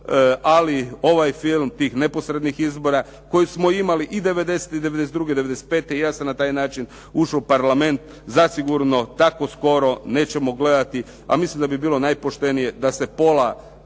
ali ovaj film tih neposrednih izbora koji smo imali i '90., '92., '95., ja sam na taj način ušao u Parlament, zasigurno tako skoro nećemo gledati, a mislim da bi bilo najpoštenije da se pola